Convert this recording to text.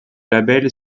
label